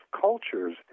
cultures